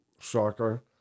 soccer